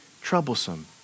troublesome